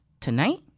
tonight